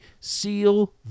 seal